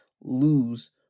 lose